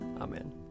Amen